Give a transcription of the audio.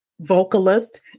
vocalist